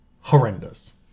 horrendous